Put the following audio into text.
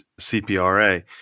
CPRA